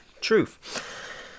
truth